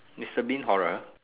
mister Bean horror